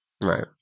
Right